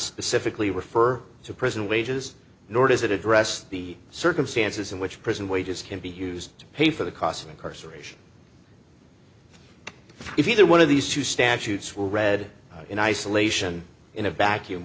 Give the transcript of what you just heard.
specifically refer to prison wages nor does it address the circumstances in which prison wages can be used to pay for the cost of incarceration if either one of these two statutes were read in isolation in a vacuum